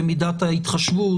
למידת ההתחשבות,